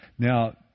Now